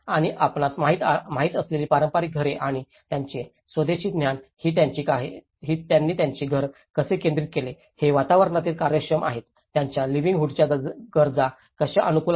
आणि आपणास माहित असलेली पारंपारिक घरे आणि त्यांचे स्वदेशी ज्ञान की त्यांनी त्यांचे घर कसे केंद्रित केले ते हवामानातील कार्यक्षम आहेत त्यांच्या लिवलीहूडच्या गरजा कशा अनुकूल आहेत